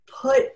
put